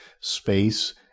space